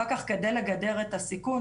אחר כך כדי לגדר את הסיכון,